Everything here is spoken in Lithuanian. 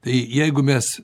tai jeigu mes